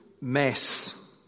mess